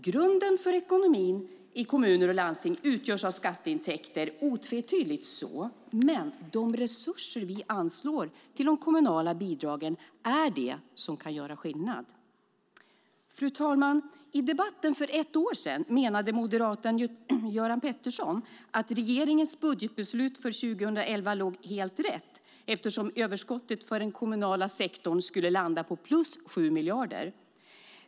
Grunden för ekonomin i kommuner och landsting utgörs av skatteintäkter, otvetydigt så, men de resurser vi anslår till de kommunala bidragen är det som kan göra skillnad. Fru talman! I debatten för ett år sedan menade moderaten Göran Pettersson att regeringens budgetbeslut för 2011 låg helt rätt eftersom överskottet för den kommunala sektorn skulle landa på plus 7 miljarder.